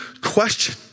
question